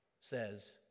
says